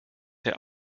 der